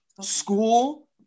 School